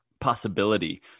possibility